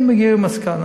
הם הגיעו למסקנה,